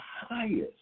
highest